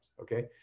okay